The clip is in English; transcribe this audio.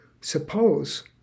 Suppose